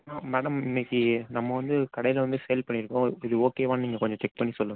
ஆ madam இன்னைக்கு நம்ம வந்து கடையில் வந்து சேல் பண்ணியிருக்கோம் இது ஓகேவான்னு நீங்கள் கொஞ்சம் செக் பண்ணி சொல்லுங்கள்